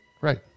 right